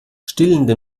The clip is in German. stillende